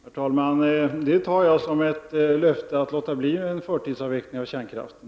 Herr talman! Det tar jag som ett löfte om att låta bli en förtidsavveckling av kärnkraften.